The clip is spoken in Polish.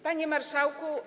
Panie Marszałku!